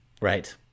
Right